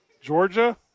Georgia